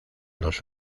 los